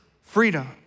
freedom